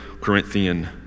Corinthian